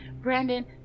Brandon